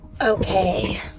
Okay